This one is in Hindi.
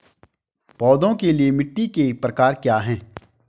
पौधों के लिए मिट्टी के प्रकार क्या हैं?